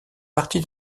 partie